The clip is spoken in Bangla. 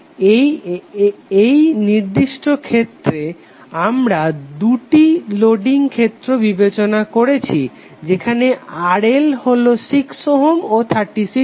এই নির্দিষ্ট ক্ষেত্রে আমরা দুটি লোডিং ক্ষেত্র বিবেচনা করছি যেখানে RL হলো 6 ওহম ও 36 ওহম